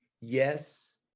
yes